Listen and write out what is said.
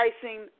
pricing